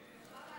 שלוש דקות,